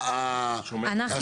שומר הסף.